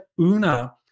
Una